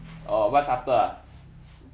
oh what's after ah